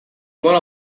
one